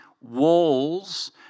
walls